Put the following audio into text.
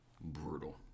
brutal